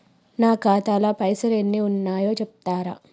నా ఖాతా లా పైసల్ ఎన్ని ఉన్నాయో చెప్తరా?